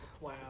Wow